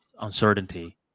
uncertainty